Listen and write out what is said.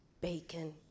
bacon